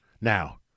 Now